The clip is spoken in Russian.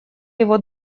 его